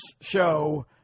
show